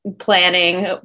planning